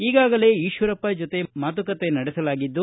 ಈಗಾಗಲೇ ಈಶ್ವರಪ್ಪ ಜೊತೆ ಮಾತುಕತೆ ನಡೆಸಲಾಗಿದ್ದು